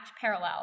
parallel